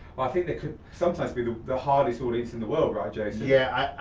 think they could sometimes be the the hardest audience in the world, right, jason? yeah,